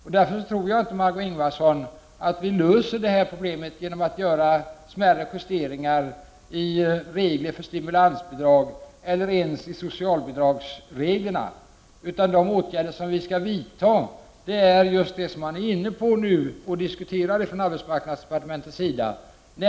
Jag tror därför inte, Margö Ingvardsson, att vi löser det här problemet genom att göra smärre justeringar i reglerna för stimulansbidrag, eller ens i reglerna för socialbidrag. De åtgärder som vi skall vidta är i stället de som man nu är inne på och diskuterar ifrån arbetsmarknadsdepartementets sida.